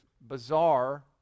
bizarre